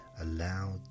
allow